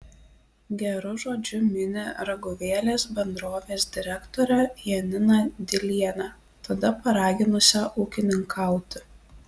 geru žodžiu mini raguvėlės bendrovės direktorę janiną dilienę tada paraginusią ūkininkauti